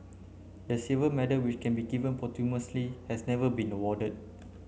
the silver medal which can be given posthumously has never been awarded